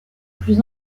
plus